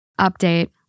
Update